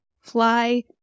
fly